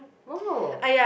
!wow!